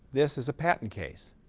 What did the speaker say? this is a patent case,